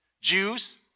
Jews